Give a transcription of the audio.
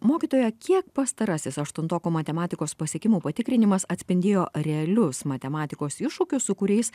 mokytoja kiek pastarasis aštuntokų matematikos pasiekimų patikrinimas atspindėjo realius matematikos iššūkius su kuriais